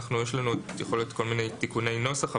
יכולים להיות לנו עוד כל מיני תיקוני נוסח,